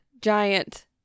giant